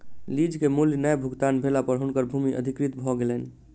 lease के मूल्य नै भुगतान भेला पर हुनकर भूमि अधिकृत भ गेलैन